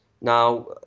now